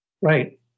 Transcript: Right